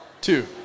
Two